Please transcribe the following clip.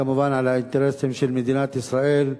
כמובן, על האינטרסים של מדינת ישראל,